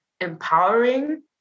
empowering